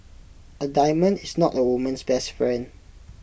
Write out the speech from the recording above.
A diamond is not A woman's best friend